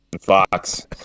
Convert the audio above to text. Fox